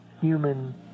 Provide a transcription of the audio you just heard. human